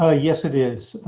ah yes, it is.